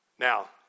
Now